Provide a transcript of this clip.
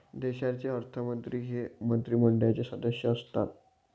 देशाचे अर्थमंत्री हे मंत्रिमंडळाचे सदस्य असतात